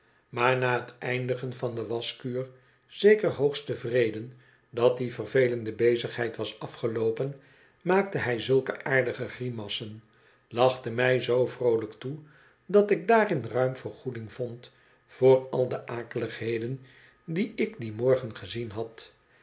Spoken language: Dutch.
maar na het eindigen van de waschkuur zeker hoogst tevreden dat die vervelende bezigheid was afgeloopen maakte hij zulke aardige grimassen lachte mij zoo vroolijk toe dat ik daarin ruim vergoeding vond voor al de akeligheden die ik dien morgen gezien had